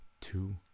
two